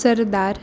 सरदार